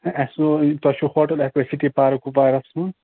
ہے اَسہِ نَنیٚو وُنۍ تۄہہِ چھُو hotel F A city park کُپواراہَس منٛز